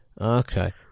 okay